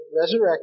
resurrected